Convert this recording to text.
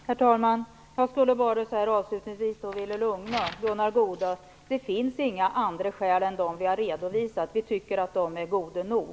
Herr talman! Jag skulle bara avslutningsvis vilja lugna Gunnar Goude: Det finns inga andra skäl än de vi har redovisat. Vi tycker att de är goda nog.